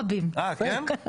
אין משמעות לתיקון.